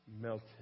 melted